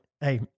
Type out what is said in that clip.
hey